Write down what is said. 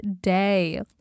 day